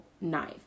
knife